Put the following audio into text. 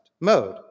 mode